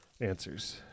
answers